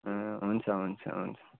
ए हुन्छ हुन्छ हुन्छ